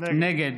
נגד